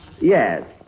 Yes